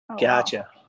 Gotcha